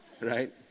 Right